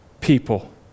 people